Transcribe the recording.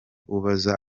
ubaza